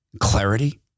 clarity